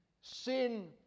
Sin